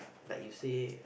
like you say